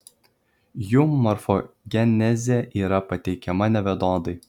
jų morfogenezė yra pateikiama nevienodai